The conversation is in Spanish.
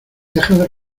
deja